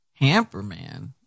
Hamperman